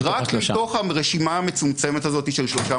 אני רק אומר שאם אנחנו נמצאים במודל שבא